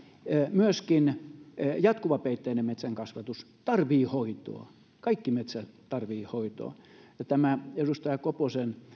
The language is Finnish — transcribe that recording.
myöskin jatkuvapeitteinen metsänkasvatus tarvitsee hoitoa kaikki metsät tarvitsevat hoitoa tämä edustaja koposen